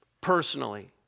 personally